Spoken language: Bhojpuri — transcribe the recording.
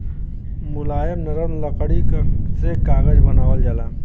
मुलायम नरम लकड़ी से कागज बनावल जाला